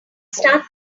start